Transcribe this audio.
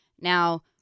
Now